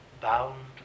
Bound